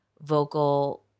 vocal